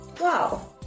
Wow